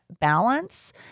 balance